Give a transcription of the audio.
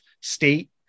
state